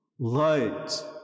Light